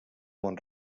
mont